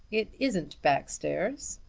it isn't backstairs,